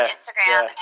Instagram